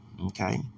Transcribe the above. okay